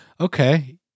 Okay